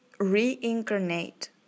Reincarnate